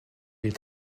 est